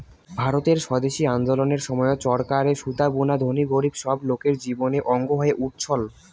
ভারতের স্বদেশি আন্দোলনের সময়ত চরকারে সুতা বুনা ধনী গরীব সব লোকের জীবনের অঙ্গ হয়ে উঠছল